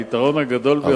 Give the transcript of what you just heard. היתרון הגדול ביותר,